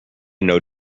know